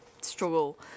struggle